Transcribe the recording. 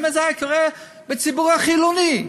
אם זה היה קורה בציבור החילוני.